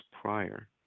prior